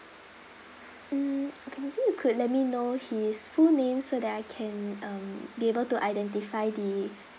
mm okay maybe you could let me know his full name so that I can um be able to identify the